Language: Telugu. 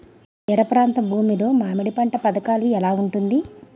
తీర ప్రాంత భూమి లో మామిడి పంట పథకాల ఎలా ఉంటుంది?